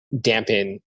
dampen